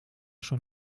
schon